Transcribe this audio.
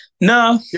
No